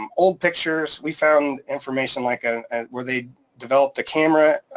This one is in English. um old pictures. we found information like ah and where they developed a camera,